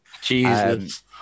Jesus